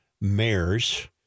mayors